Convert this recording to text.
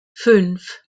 fünf